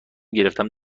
گرفتم